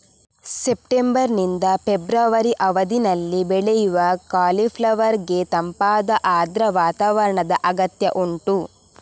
September ನಿಂದ February ಅವಧಿನಲ್ಲಿ ಬೆಳೆಯುವ ಕಾಲಿಫ್ಲವರ್ ಗೆ ತಂಪಾದ ಆರ್ದ್ರ ವಾತಾವರಣದ ಅಗತ್ಯ ಉಂಟು